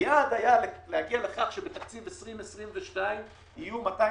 היעד היה להגיע לכך שבתקציב 2022 יהיו 250